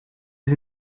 his